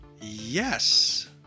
Yes